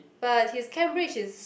but his Cambridge is